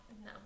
no